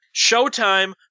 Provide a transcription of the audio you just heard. Showtime